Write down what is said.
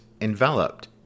enveloped